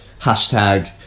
hashtag